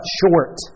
short